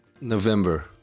November